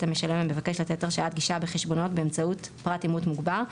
המשלם המבקש לתת הרשאת גישה בחשבונות באמצעות פרט אימות מוגבר,